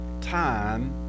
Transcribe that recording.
time